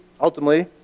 ultimately